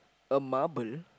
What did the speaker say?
a marble